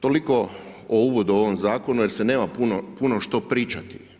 Toliko o uvodu o ovom zakonu jer se nema što pričati.